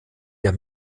der